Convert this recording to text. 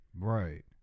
Right